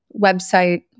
website